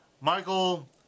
Michael